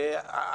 ללמד.